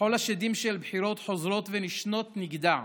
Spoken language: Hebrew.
מחול השדים של בחירות חוזרות ונשנות נגדע,